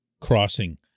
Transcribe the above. crossing